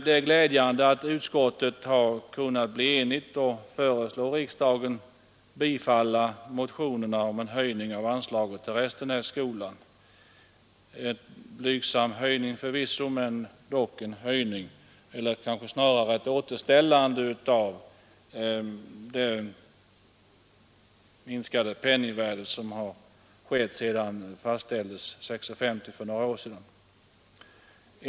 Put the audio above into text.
Det är glädjande att utskottet har kunnat bli enigt om att föreslå riksdagen att bifalla motionerna om en höjning av anslaget till Restenässkolan — en blygsam höjning förvisso, men dock en höjning eller kanske snarare ett återställande med hänsyn till penningvärdets minskning sedan bidraget fastställdes till 6:50 för några år sedan.